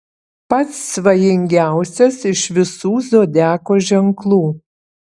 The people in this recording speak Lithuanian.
pats svajingiausias iš visų zodiako ženklų